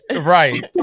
Right